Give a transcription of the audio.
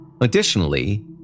Additionally